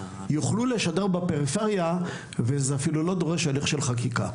יוכלו לשדר בפריפריה וזה אפילו לא דורש הליך של חקיקה.